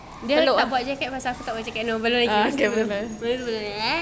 dia bawa jacket pasal aku tak bawa jacket belum lagi belum ya